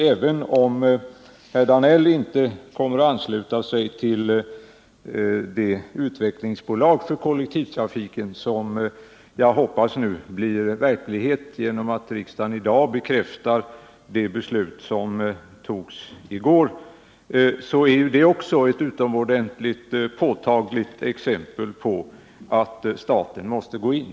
Även om herr Danell inte kommer att ansluta sig till det utvecklingsbolag för kollektivtrafiken som jag hoppas nu blir verklighet genom att riksdagen i dag bekräftar det beslut som togs i går, så är också det ett utomordentligt påtagligt exempel på att staten måste gå in.